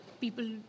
people